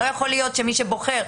לא יכול להיות שמי שבוחר,